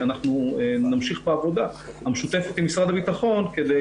אנחנו נמשיך בעבודה המשותפת עם משרד הביטחון כדי